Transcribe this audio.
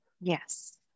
Yes